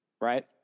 right